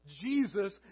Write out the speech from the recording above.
Jesus